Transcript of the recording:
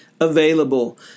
available